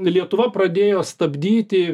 lietuva pradėjo stabdyti